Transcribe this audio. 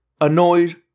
annoyed